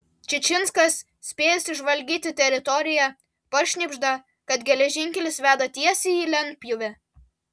čičinskas spėjęs išžvalgyti teritoriją pašnibžda kad geležinkelis veda tiesiai į lentpjūvę